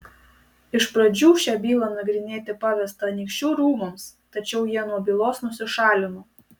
iš pradžių šią bylą nagrinėti pavesta anykščių rūmams tačiau jie nuo bylos nusišalino